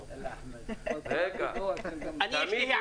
אני, יש לי הערה לסדר.